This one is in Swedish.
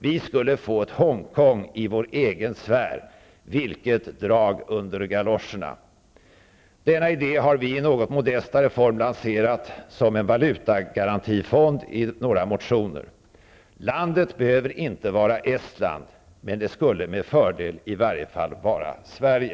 Vi skulle få ett Hongkong i vår egen sfär -- vilket drag under galoscherna! Denna idé har vi i en något modestare form lanserat som en valutagarantifond i några motioner. Landet behöver inte vara Estland. Men det skulle med fördel i varje fall kunna vara